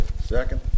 Second